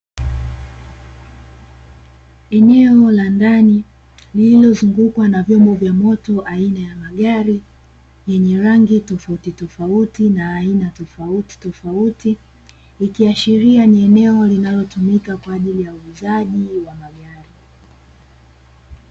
Eneo la ndani lililozungukwa na vyombo vya moto aina ya magari, yenye rangi ya aina tofauti tofauti na aina tofauti tofauti. Ikiashiria ni eneo linalotumika kwa ajili ya uuzaji wa magari.